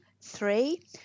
Three